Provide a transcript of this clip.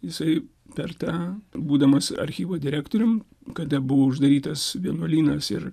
jisai per tą būdamas archyvo direktorium kada buvo uždarytas vienuolynas ir